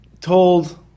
told